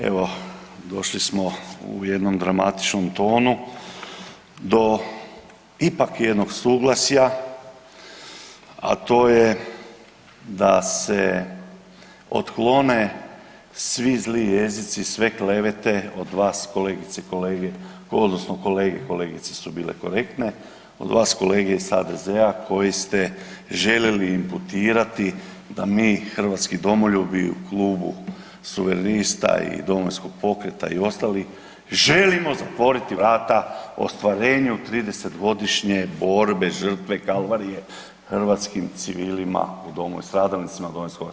Evo došli smo u jednom dramatičnom tonu do ipak jednog suglasja, a to je da se otklone svi zli jezici, sve klevete od vas kolegice i kolege odnosno kolege, kolegice su bile korektne, od vas kolege iz HDZ-a koji ste želili imputirati da mi hrvatski domoljubi u klubu Suverenista i Domovinskog pokreta i ostalih želimo zatvoriti vrata ostvarenju 30 godišnje borbe, žrtve, kalvarije hrvatskim stradalnicima u Domovinskom ratu.